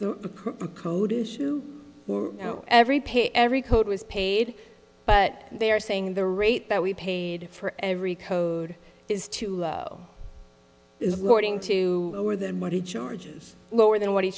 that every pay every code was paid but they are saying the rate that we paid for every code is too low is lording to lower than what he charges lower than what he